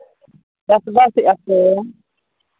ᱪᱟᱥᱵᱟᱥᱮᱫᱼᱟ ᱯᱮ